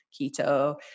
keto